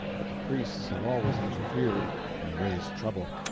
but the priests had always interfered and raised trouble.